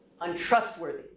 untrustworthy